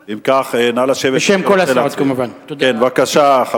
אם כך, נא לשבת, בשם כל